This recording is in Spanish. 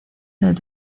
del